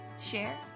share